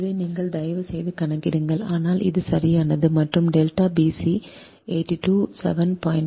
இதை நீங்கள் தயவுசெய்து கணக்கிடுங்கள் ஆனால் இது சரியானது மற்றும் டெல்டா b c 827